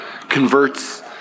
converts